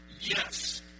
Yes